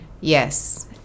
Yes